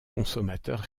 consommateur